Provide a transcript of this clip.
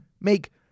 make